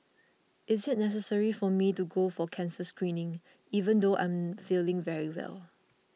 is it necessary for me to go for cancer screening even though I am feeling very well